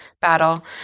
battle